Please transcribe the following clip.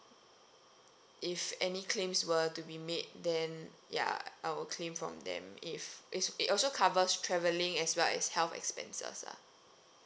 if any claims were to be made then ya I will claim from them if it's it also covers traveling as well as health expenses lah